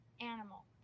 animal